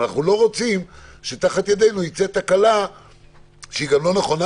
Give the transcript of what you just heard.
אבל אנחנו לא רוצים שתחת ידינו תצא תקלה שהיא גם לא נכונה,